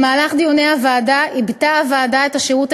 במהלך דיוני הוועדה עיבתה הוועדה את השירות